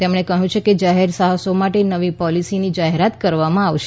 તેમણે કહ્યું કે જાહેર સાહસો માટે નવી પોલિસીની જાહેરાત કરવામાં આવશે